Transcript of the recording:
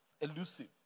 elusive